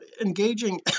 engaging